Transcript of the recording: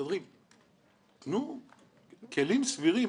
תנו כלים סבירים.